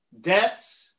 Deaths